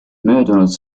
möödunud